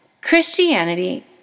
Christianity